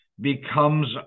becomes